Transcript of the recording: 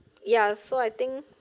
ya so I think